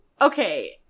okay